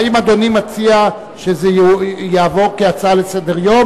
האם אדוני מציע שזה יעבור כהצעה לסדר-יום